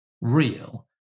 real